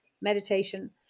meditation